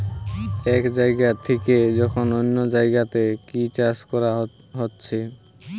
এক জাগা থিকে যখন অন্য জাগাতে কি চাষ কোরা হচ্ছে